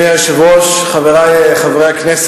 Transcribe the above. שישה בעד, אחד נגד.